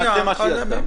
נעשה את מה שהיא עשתה.